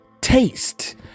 taste